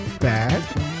bad